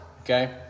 okay